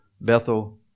Bethel